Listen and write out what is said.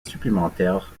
supplémentaire